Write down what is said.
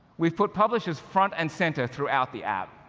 we've put publishers front and center throughout the app,